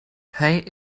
hij